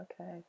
okay